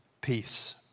peace